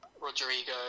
Rodrigo